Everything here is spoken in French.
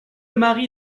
mari